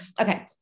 okay